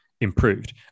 improved